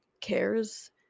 cares